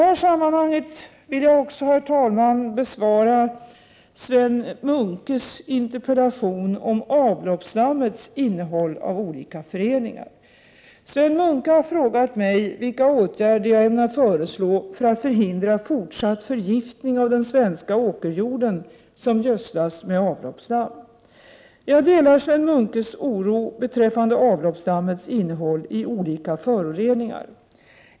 I detta sammanhang vill jag också besvara Sven Munkes interpellation om avloppsslammets innehåll av olika föroreningar. Sven Munke har frågat mig vilka åtgärder jag ämnar föreslå för att förhindra fortsatt förgiftning av den svenska åkerjorden, som gödslas med avloppsslam. Jag delar Sven Munkes oro beträffande avloppsslammets innehåll av olika föroreningar.